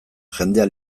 jendea